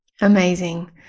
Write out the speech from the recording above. Amazing